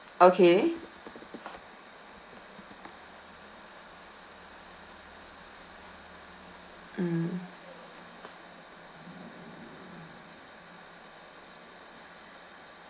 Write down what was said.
okay mm